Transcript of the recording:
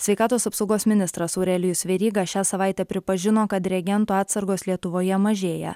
sveikatos apsaugos ministras aurelijus veryga šią savaitę pripažino kad reagentų atsargos lietuvoje mažėja